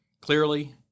clearly